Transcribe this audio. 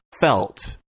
felt